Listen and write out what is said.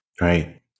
Right